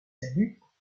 saluts